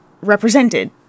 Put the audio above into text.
represented